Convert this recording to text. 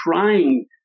trying